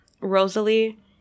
Rosalie